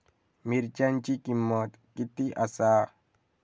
मिरच्यांची किंमत किती आसा?